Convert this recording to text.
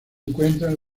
encuentran